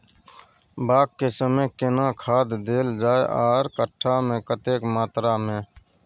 बाग के समय केना खाद देल जाय आर कट्ठा मे कतेक मात्रा मे?